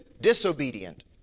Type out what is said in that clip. disobedient